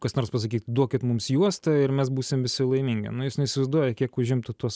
kas nors pasakyt duokit mums juostą ir mes būsim visi laimingi nu jis neįsivaizduoja kiek užimtų tos